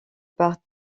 par